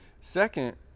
Second